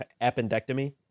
appendectomy